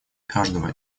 каждого